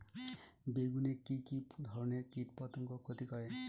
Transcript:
বেগুনে কি কী ধরনের কীটপতঙ্গ ক্ষতি করে?